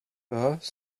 pas